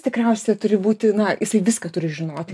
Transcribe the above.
tikriausiai turi būti na jisai viską turi žinoti